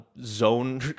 zone